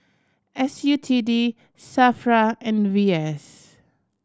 S U T D SAFRA and V S